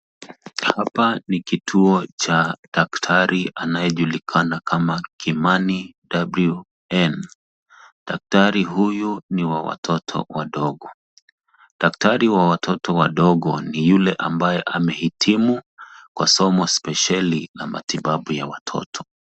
Hapa ni kituo cha dakatari anayejulikana kama Kimani W. N. Daktari huyu ni wa watoto wadogo. Daktari wa watoto wadogo ni yule ambaye amehitimu kwa somo spesheli na matibabu ya watoto.